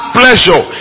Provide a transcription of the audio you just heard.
pleasure